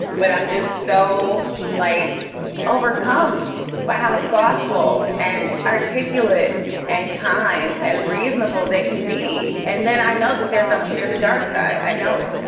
but i'm just so like overcome by how thoughtful and articulate and kind and reasonable they can be. and then i know that there's a there's a dark side. i know it.